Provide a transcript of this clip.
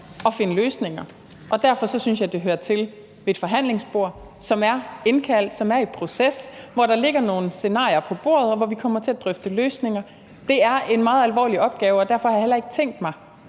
at finde løsninger, og derfor synes jeg, det hører til ved et forhandlingsbord. Der er indkaldt til forhandlinger, der er igangsat en proces, hvor der ligger nogle scenarier på bordet, og hvor vi kommer til at drøfte løsninger. Det er en meget alvorlig opgave, og derfor har jeg heller ikke tænkt mig